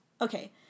Okay